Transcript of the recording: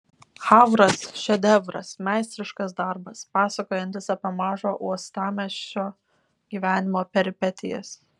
havras šedevras meistriškas darbas pasakojantis apie mažo uostamiesčio gyvenimo peripetijas